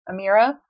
Amira